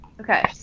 Okay